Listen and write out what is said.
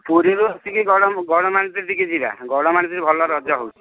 ପୁରୀରୁ ଆସିକି ଗଡ଼ମା ଗଡମାନ୍ତ୍ରୀ ଟିକେ ଯିବା ଗଡମାନ୍ତ୍ରୀରେ ଭଲ ରଜ ହେଉଛି